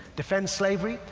defend slavery,